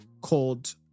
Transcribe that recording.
called